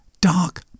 dark